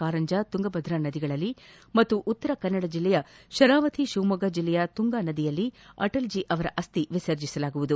ಕಾರಂಜಾ ತುಂಗಭದ್ರಾ ನದಿಗಳಲ್ಲಿ ಹಾಗೂ ಉತ್ತರ ಕನ್ನಡ ಜಿಲ್ಲೆಯ ಶರಾವತಿ ಶಿವಮೊಗ್ಗ ಜಿಲ್ಲೆಯ ತುಂಗಾ ನದಿಯಲ್ಲಿ ಅಟಲ್ಜೀಯವರ ಅಶ್ಹಿ ವಿಸರ್ಜಿಸಲಾಗುವುದು